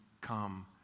come